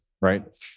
right